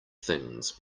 things